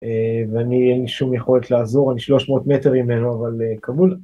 ואני אין לי שום יכולת לעזור, אני 300 מטרים ממנו, אבל כבול.